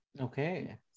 Okay